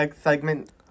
segment